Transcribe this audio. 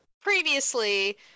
previously